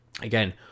Again